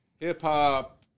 Hip-hop